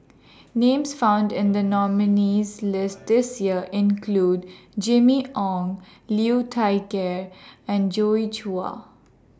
Names found in The nominees' list This Year include Jimmy Ong Liu Thai Ker and Joi Chua